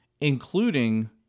including